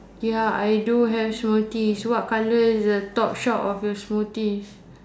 ya I do have smoothies what colour is the top shop of your smoothies